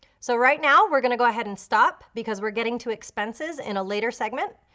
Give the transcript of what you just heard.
so right now we're gonna go ahead and stop because we're getting to expenses in a later segment,